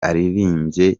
aririmbye